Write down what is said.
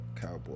cowboy